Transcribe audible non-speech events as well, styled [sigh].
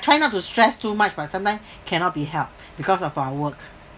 try not to stress too much but sometimes [breath] cannot be helped because of our work